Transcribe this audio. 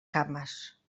cames